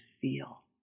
feel